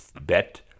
bet